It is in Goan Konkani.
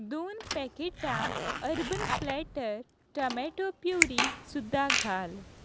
दोन पॅकेटां अर्बन प्लॅटर टमॅटो प्युरी सुद्दां घाल